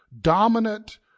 dominant